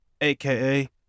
AKA